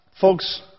folks